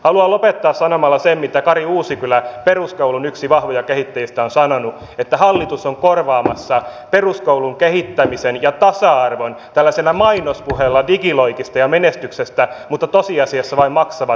haluan lopettaa sanomalla sen mitä kari uusikylä yksi peruskoulun vahvoista kehittäjistä on sanonut että hallitus on korvaamassa peruskoulun kehittämisen ja tasa arvon tällaisella mainospuheella digiloikista ja menestyksestä mutta tosiasiassa vain maksavat pärjäävät